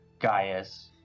Gaius